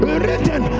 written